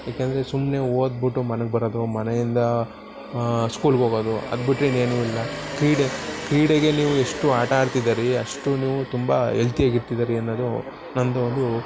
ಯಾಕೆಂದರೆ ಸುಮ್ಮನೆ ಓದ್ಬಿಟ್ಟು ಮನೆಗೆ ಬರೋದು ಮನೆಯಿಂದ ಸ್ಕೂಲಿಗೆ ಹೋಗೋದು ಅದ್ಬಿಟ್ರೆ ಇನ್ನೇನು ಇಲ್ಲ ಕ್ರೀಡೆ ಕ್ರೀಡೆಗೆ ನೀವು ಎಷ್ಟು ಆಟ ಆಡ್ತಿದ್ದೀರಿ ಅಷ್ಟು ನೀವು ತುಂಬ ಎಲ್ತಿಯಾಗಿ ಇರ್ತಿದ್ದೀರಿ ಅನ್ನೋದು ನನ್ನದು ಒಂದು